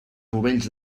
rovells